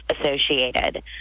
associated